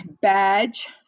badge